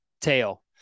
tail